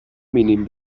mínim